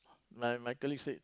like my colleague said